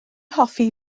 hoffi